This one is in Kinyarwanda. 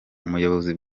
umuyobozi